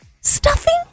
Stuffing